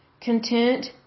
content